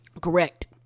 Correct